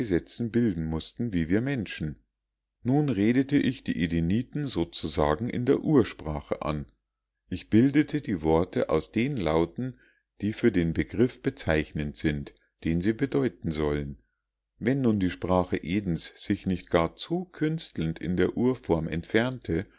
bilden mußten wie wir menschen nun redete ich die edeniten sozusagen in der ursprache an ich bildete die worte aus den lauten die für den begriff bezeichnend sind den sie bedeuten sollen wenn nun die sprache edens sich nicht gar zu künstelnd von der urform entfernte